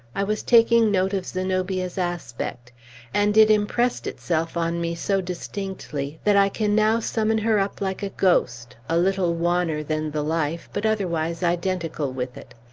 i was taking note of zenobia's aspect and it impressed itself on me so distinctly, that i can now summon her up, like a ghost, a little wanner than the life but otherwise identical with it.